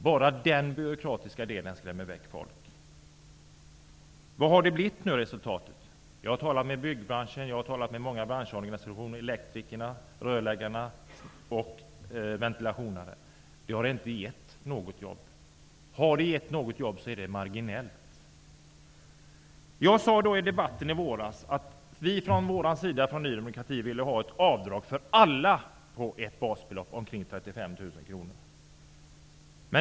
Bara den byråkratin skrämmer bort folk. Vad har resultatet blivit? Jag har talat med representanter för byggbranschen, många andra branschorganisationer, elektriker, rörmokare och ventilationsarbetare. Detta har inte gett några jobb. Har det gett något är det marginellt. Jag sade i debatten i våras att vi från Ny demokratis sida vill ha ett avdrag för alla på ett basbelopp omkring 35 000 kr.